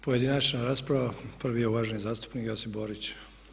Pojedinačna rasprava prvi je uvaženi zastupnik Josip Borić.